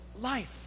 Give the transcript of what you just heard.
life